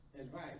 advice